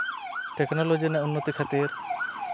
technology ᱨᱮᱱᱟᱜ ᱩᱱᱱᱚᱛᱤ ᱠᱷᱟᱹᱛᱤᱨ